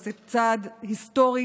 עשית צעד היסטורי,